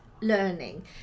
learning